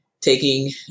taking